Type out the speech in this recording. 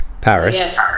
Paris